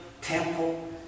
temple